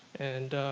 and,